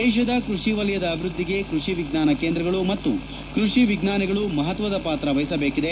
ದೇಶದ ಕೃಷಿ ವಲಯದ ಅಭಿವೃದ್ಧಿಗೆ ಕೃಷಿ ವಿಜ್ಞಾನ ಕೇಂದ್ರಗಳು ಮತ್ತು ಕೃಷಿ ವಿಜ್ಞಾನಿಗಳು ಮಹತ್ವದ ಪಾತ್ರ ವಹಿಸಬೇಕಿದೆ